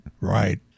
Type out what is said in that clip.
right